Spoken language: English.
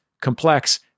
complex